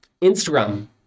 Instagram